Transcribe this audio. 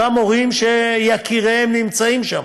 אותם הורים שיקיריהם נמצאים שם.